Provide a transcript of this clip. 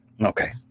okay